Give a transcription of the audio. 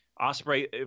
Osprey